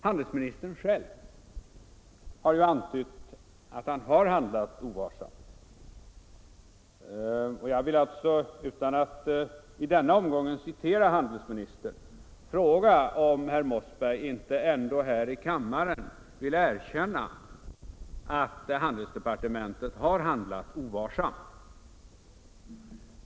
Handelsministern har själv antytt att han har handlat ovarsamt. Jag vill, utan att i denna omgång direkt citera handelsministern, fråga om herr Mossberg ändå inte här i kammaren vill erkänna att handelsdepartementet har handlat ovarsamt.